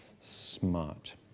smart